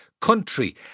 country